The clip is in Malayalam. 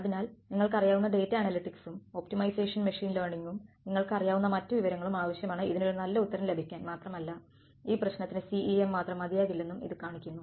അതിനാൽ നിങ്ങൾക്കറിയാവുന്ന ഡാറ്റ അനലിറ്റിക്സും ഒപ്റ്റിമൈസേഷൻ മെഷീൻ ലേണിംഗും നിങ്ങൾക്കറിയാവുന്ന മറ്റു വിവരങ്ങളും ആവശ്യമാണ് ഇതിനു ഒരു നല്ല ഉത്തരം ലഭിക്കാൻ മാത്രമല്ല ഈ പ്രശ്നത്തിന് CEM മാത്രം മതിയാകില്ലെന്നും ഇത് കാണിക്കുന്നു